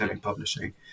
publishing